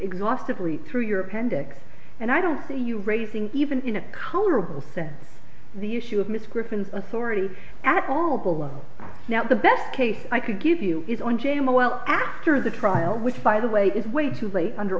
exhaustively through your appendix and i don't see you raising even colorable said the issue of miss griffin's authority at all now the best case i could give you is on jama well after the trial which by the way is way to late under